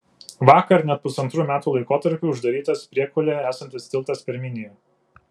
vakar net pusantrų metų laikotarpiui uždarytas priekulėje esantis tiltas per miniją